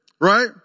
right